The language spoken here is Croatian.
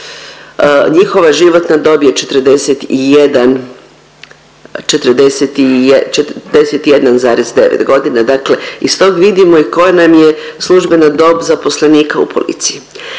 njihova životna dob je 41,9 godina, dakle iz tog vidimo i koja nam je službena dob zaposlenika u policiji.